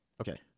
okay